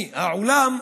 מהעולם,